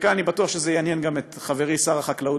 ואני בטוח שזה יעניין גם את חברי שר החקלאות,